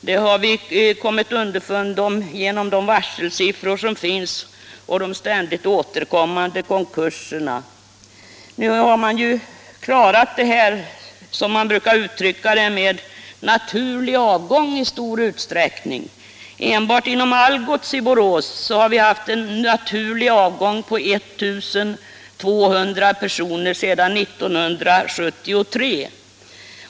Det har vi kommit underfund med genom de varselsiffror som finns och genom de ständigt återkommande konkurserna. Nu har man i stor utsträckning klarat detta, som man brukar uttrycka det, genom naturlig avgång. Enbart inom Algots i Borås har vi haft en naturlig avgång på 1 200 personer sedan 1973.